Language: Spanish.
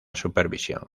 supervisión